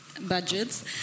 budgets